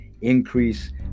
Increase